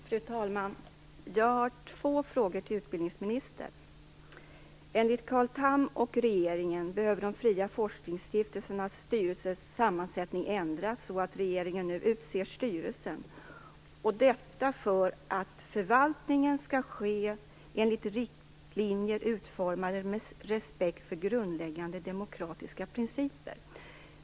Fru talman! Jag har två frågor till utbildningsministern. Enligt Carl Tham och regeringen behöver de fria forskningsstiftelsernas styrelsers sammansättning ändras så att regeringen nu utser styrelse. Detta för att förvaltningen skall ske enligt riktlinjer utformade med respekt för grundläggande demokratiska principer.